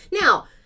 Now